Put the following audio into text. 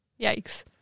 yikes